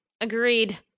Agreed